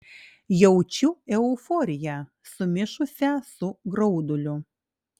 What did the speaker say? jaučiu euforiją sumišusią su grauduliu